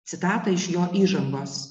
citatą iš jo įžangos